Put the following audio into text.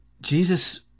Jesus